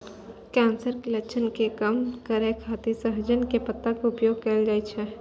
cancer के लक्षण के कम करै खातिर सहजन के पत्ता के उपयोग कैल जाइ छै